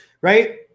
right